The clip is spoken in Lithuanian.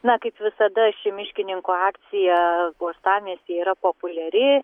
na kaip visada ši miškininkų akcija uostamiestyje yra populiari